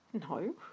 No